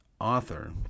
author